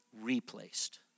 replaced